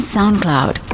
SoundCloud